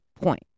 point